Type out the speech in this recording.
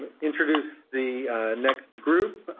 introduce the next group.